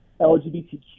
LGBTQ